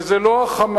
וזה לא ה"חמאס",